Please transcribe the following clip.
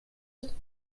ist